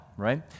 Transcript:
right